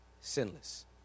sinless